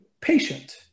patient